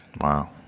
Wow